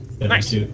Nice